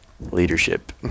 leadership